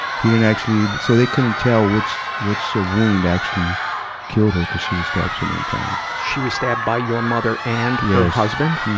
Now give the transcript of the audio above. he didn't actually so, they couldn't tell which, which so wound actually killed her, cuz she was stabbed so many times. she was stabbed by your mother and her husband?